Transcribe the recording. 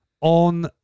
On